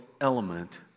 element